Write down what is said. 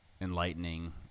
enlightening